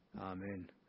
Amen